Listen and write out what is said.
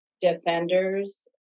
defenders